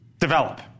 develop